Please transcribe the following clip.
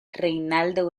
reinaldo